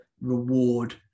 reward